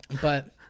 but-